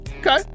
Okay